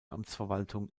amtsverwaltung